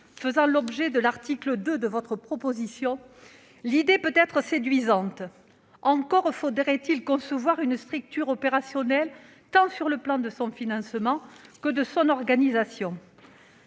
fait l'objet de l'article 2 de votre proposition de loi, l'idée peut être séduisante. Encore faudrait-il concevoir une structure opérationnelle, sur les plans tant de son financement que de son organisation.